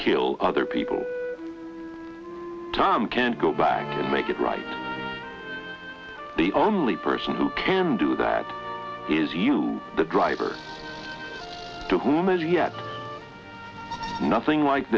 kill other people time can't go back and make it right the only person who can do that is you the driver to whom as yet nothing like